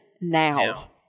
Now